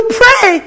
pray